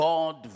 God